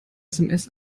sms